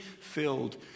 filled